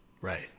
Right